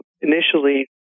initially